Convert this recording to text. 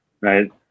Right